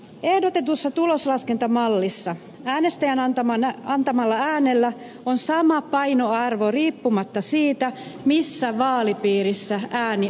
ehdotetussa tuloslaskentamallissa äänestäjän antamalla äänellä on sama painoarvo riippumatta siitä missä vaalipiirissä ääni on annettu